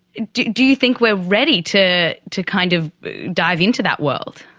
do do you think we are ready to to kind of dive into that world?